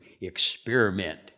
experiment